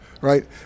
right